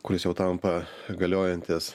kuris jau tampa galiojantis